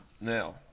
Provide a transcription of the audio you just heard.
now